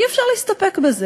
השלום כביכול,